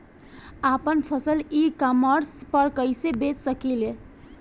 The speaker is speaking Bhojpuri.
आपन फसल ई कॉमर्स पर कईसे बेच सकिले?